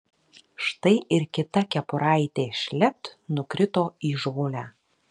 štai ir kita kepuraitė šlept nukrito į žolę